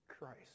Christ